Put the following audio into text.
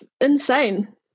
insane